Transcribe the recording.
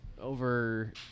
over